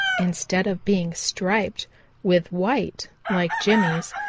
instead of being striped with white like jimmy's,